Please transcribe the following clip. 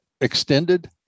extended